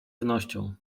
wnością